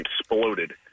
exploded